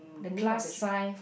plus sign